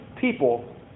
people